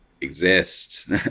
exist